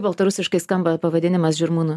baltarusiškai skamba pavadinimas žirmūnų